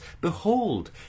Behold